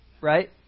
right